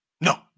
No